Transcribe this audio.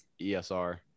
ESR